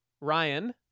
Ryan